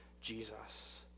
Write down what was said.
Jesus